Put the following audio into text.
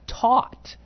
taught